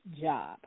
job